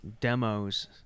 demos